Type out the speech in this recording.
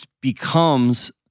becomes